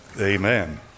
Amen